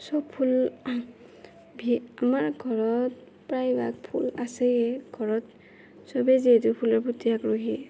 চব ফুল আমাৰ ঘৰত প্ৰায়ভাগ ফুল আছেয়ে ঘৰত চবে যিহেতু ফুলৰ প্ৰতি আগ্ৰহী